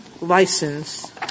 license